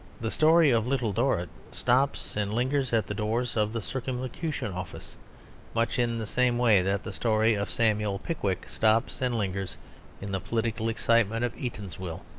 the story of little dorrit stops and lingers at the doors of the circumlocution office much in the same way that the story of samuel pickwick stops and lingers in the political excitement of eatanswill.